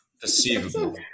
perceivable